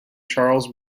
charles